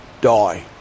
die